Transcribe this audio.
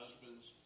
Husbands